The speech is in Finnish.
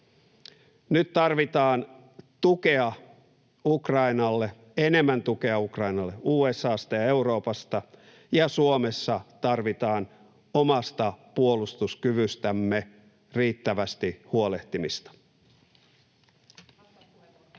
Nyt tarvitaan tukea Ukrainalle, enemmän tukea Ukrainalle USA:sta ja Euroopasta, ja Suomessa tarvitaan omasta puolustuskyvystämme riittävästi huolehtimista. [Tytti